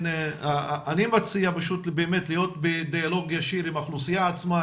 אני מציע פשוט באמת להיות בדיאלוג ישיר עם האוכלוסייה עצמה,